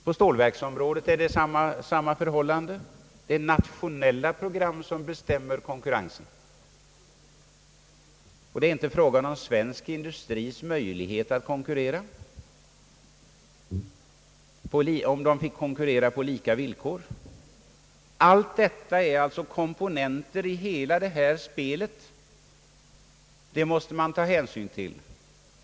På stålverksområdet råder samma förhållande. Det är internationella program som bestämmer konkurrensen, och det är inte fråga om svensk industris möjligheter att konkurrera, och konkurrera på lika villkor. Allt detta är komponenter i hela detta stora spel; det måste man ta hänsyn till.